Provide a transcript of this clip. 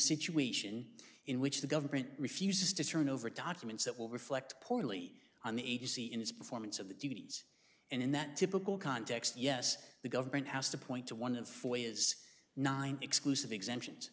situation in which the government refuses to turn over documents that will reflect poorly on the agency in its performance of the duties and in that typical context yes the government has to point to one and four as nine exclusive exemptions